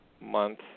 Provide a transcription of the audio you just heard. month